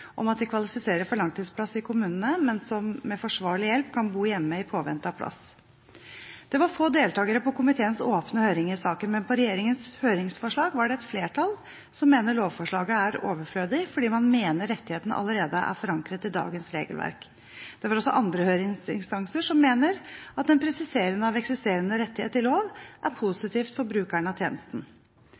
om at de kvalifiserer for langtidsplass i kommunene, men som med forsvarlig hjelp kan bo hjemme i påvente av plass. Det var få deltakere på komiteens åpne høring i saken, men når det gjelder regjeringens høringsforslag, var det et flertall som mente at lovforslaget var overflødig fordi man mente rettigheten allerede var forankret i dagens regelverk. Det var også høringsinstanser som mente at en presisering av eksisterende rettighet i lov var positivt for brukere av tjenesten.